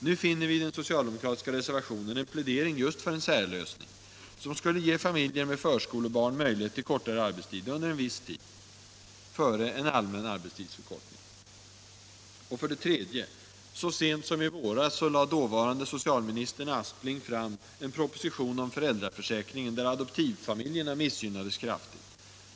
Nu finner vi i den socialdemokratiska reservationen en plädering just för en särlösning, som skulle ge familjer med förskolebarn möjlighet till kortare arbetstid under viss tid, före en allmän arbetstidsförkortning. 3. Så sent som i våras lade dåvarande socialministern Aspling fram en proposition om föräldraförsäkringen, där adoptivfamiljerna missgynnades kraftigt.